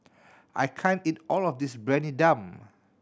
I can't eat all of this Briyani Dum